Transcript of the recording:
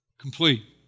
complete